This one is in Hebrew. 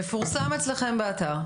זה מפורסם אצלכם באתר?